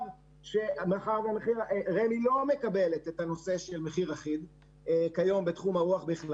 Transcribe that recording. כי רמ"י לא מקבלת את הנושא של מחיר אחיד בתחום הרוח,